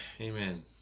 Amen